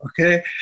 okay